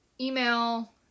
email